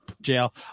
jail